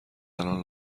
الان